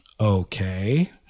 Okay